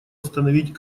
остановить